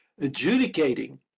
adjudicating